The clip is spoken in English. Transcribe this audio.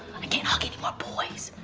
i can't hug any more boys.